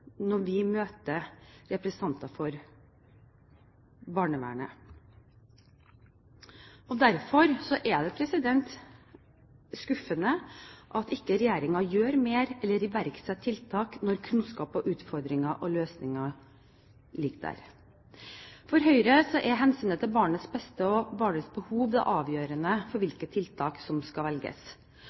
når vi møter representanter for barnevernet. Derfor er det skuffende at regjeringen ikke gjør mer eller iverksetter tiltak når kunnskapen om utfordringer og løsninger ligger der. For Høyre er hensynet til barnets beste og barnets behov det avgjørende for hvilke tiltak som skal velges.